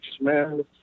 man